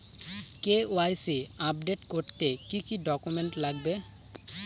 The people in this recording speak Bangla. কে.ওয়াই.সি আপডেট করতে কি কি ডকুমেন্টস লাগবে?